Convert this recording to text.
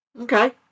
Okay